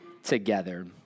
Together